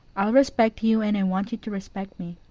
i'll respect you and i want you to respect me.